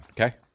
okay